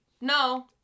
no